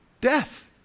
death